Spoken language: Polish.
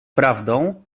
prawdą